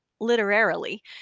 literarily